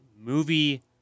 movie